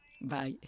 Bye